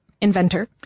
inventor